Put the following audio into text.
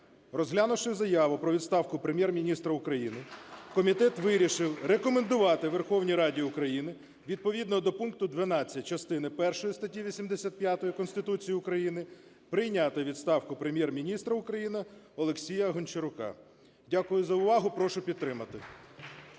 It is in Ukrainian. Розглянувши заяву про відставку Прем’єр-міністра України, комітет вирішив рекомендувати Верховній Раді України відповідно до пункту 12 частини першої статті 85 Конституції України прийняти відставку Прем’єр-міністра України Олексія Гончарука. Дякую за увагу. Прошу підтримати.